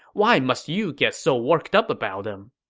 why must you get so worked up about him?